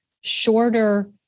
shorter